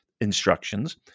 instructions